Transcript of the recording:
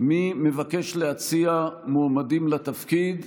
מי מבקש להציע מועמדים לתפקיד.